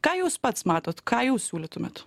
ką jūs pats matot ką jūs siūlytumėt